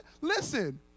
listen